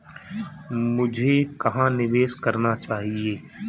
मुझे कहां निवेश करना चाहिए?